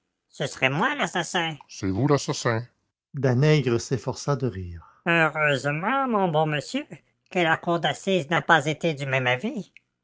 ce serait moi l'assassin c'est vous l'assassin danègre s'efforça de rire heureusement mon bon monsieur que la cour d'assises n'a pas été du même avis